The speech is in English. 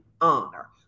honor